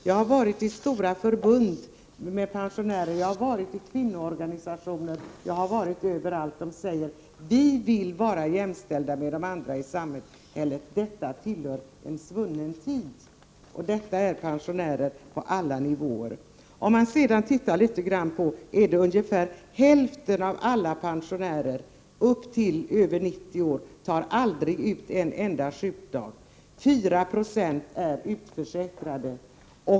Jag har varit i stora pensionärsförbund, jag har varit i kvinnoorganisationer, jag har varit överallt, och de säger: Vi vill vara jämställda med andra i samhället, allt annat tillhör en svunnen tid. Detta gäller pensionärer på alla nivåer. Hälften av alla pensionärer upp till över 90 år tar aldrig ut en enda sjukdag. 4 Jo är utförsäkrade.